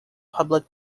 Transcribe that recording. public